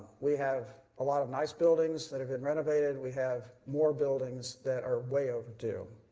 we have a lot of nice buildings that have been renovated. we have more buildings that are way overdue.